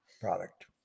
product